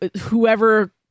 whoever